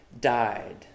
died